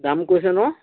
দাম কৈছে ন'